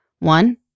One